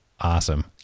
Awesome